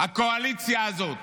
הקואליציה הזאת,